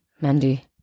Mandy